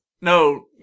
No